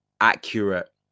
accurate